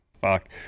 Fuck